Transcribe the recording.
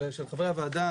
של חברי הוועדה,